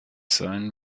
sein